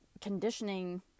conditioning